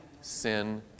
sin